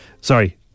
Sorry